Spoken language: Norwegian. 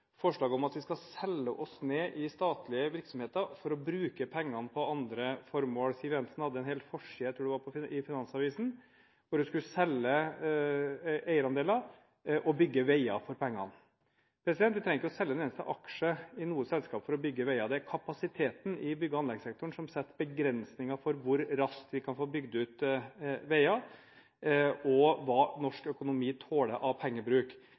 om at vi skal selge oss ned i statlige virksomheter for å bruke pengene på andre formål. Siv Jensen hadde en hel forside i Finansavisen, tror jeg det var, om at hun ville selge eierandeler og bygge veier for pengene. En trenger ikke selge en eneste aksje i noe selskap for å bygge veier, det er kapasiteten i bygg- og anleggssektoren som setter begrensninger for hvor raskt vi kan få bygd ut veier, og for hva norsk økonomi tåler av pengebruk.